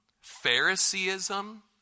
Phariseeism